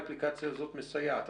האפליקציה הזו מסייעת.